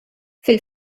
fil